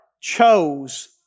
chose